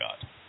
God